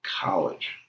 college